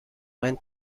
went